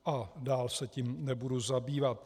A dál se tím nebudu zabývat.